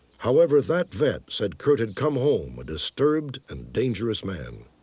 however, that vet said curt had come home a disturbed and dangerous man.